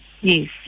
yes